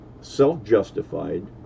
self-justified